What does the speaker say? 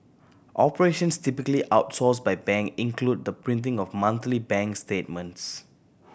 operations typically outsourced by bank include the printing of monthly bank statements